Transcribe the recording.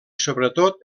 sobretot